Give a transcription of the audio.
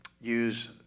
use